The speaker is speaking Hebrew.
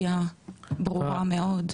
הייתי במצב בריאותי מאוד מאוד